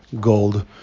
gold